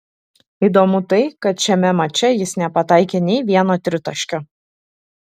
įdomu tai kad šiame mače jis nepataikė nei vieno tritaškio